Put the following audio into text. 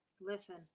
Listen